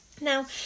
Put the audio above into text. Now